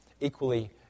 equally